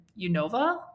Unova